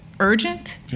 Urgent